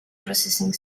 processing